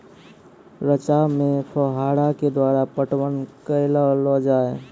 रचा मे फोहारा के द्वारा पटवन करऽ लो जाय?